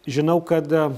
žinau kad